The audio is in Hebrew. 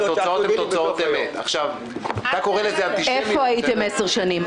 שהתוצאות הן תוצאות אמת -- איפה הייתם עשר שנים?